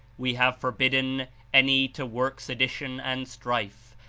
we have forbidden any to work sedition and strife,